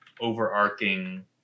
overarching